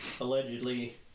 allegedly